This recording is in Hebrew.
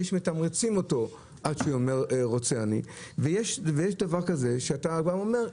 מתמרצים אותו עד שיאמר 'רוצה אני' ויש דבר כזה שאתה בא ואומר,